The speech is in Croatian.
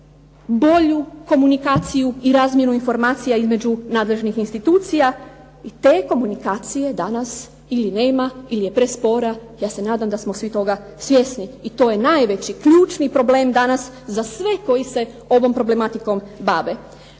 bržu komunikaciju i razmjenu informacija između nadležnih institucija i te komunikacije danas ili nema ili je prespora, ja se nadam da smo svi toga svjesni i to je najveći ključni problem danas za sve one koji se danas tom problematikom bave.